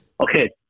Okay